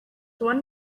one